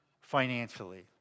financially